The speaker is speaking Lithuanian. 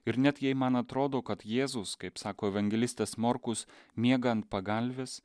ir net jei man atrodo kad jėzus kaip sako evangelistas morkus miega ant pagalvės